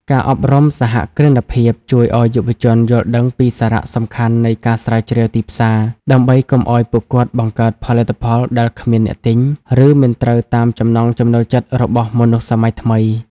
ការអប់រំសហគ្រិនភាពជួយឱ្យយុវជនយល់ដឹងពីសារៈសំខាន់នៃ "ការស្រាវជ្រាវទីផ្សារ" ដើម្បីកុំឱ្យពួកគាត់បង្កើតផលិតផលដែលគ្មានអ្នកទិញ ឬមិនត្រូវតាមចំណង់ចំណូលចិត្តរបស់មនុស្សសម័យថ្មី។